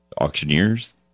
auctioneers